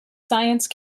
science